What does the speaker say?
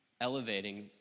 elevating